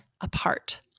apart